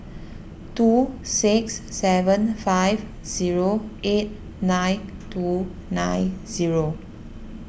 two six seven five zero eight nine two nine zero